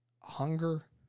hunger